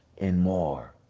and more,